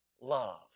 love